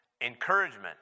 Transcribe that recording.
encouragement